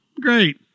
Great